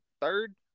third